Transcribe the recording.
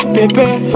Baby